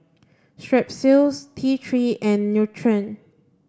Strepsils T three and Nutren